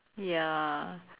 ya